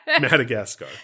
Madagascar